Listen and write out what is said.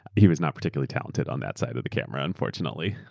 he was not particularly talented on that side of the camera, unfortunately,